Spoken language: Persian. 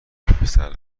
پسر